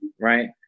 right